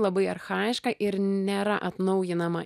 labai archajiška ir nėra atnaujinama